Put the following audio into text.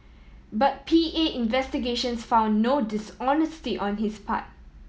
but P A investigations found no dishonesty on his part